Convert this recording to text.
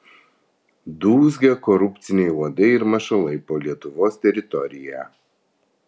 dūzgia korupciniai uodai ir mašalai po lietuvos teritoriją